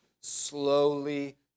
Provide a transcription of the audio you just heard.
slowly